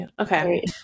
Okay